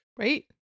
Right